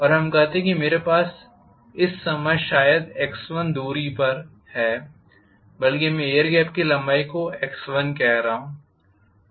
और हम कहते हैं कि मेरे पास इस समय पर शायद दूरी है बल्कि मैं एयर गेप की लंबाई को x1कह रहा हूं